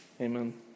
Amen